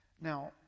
Now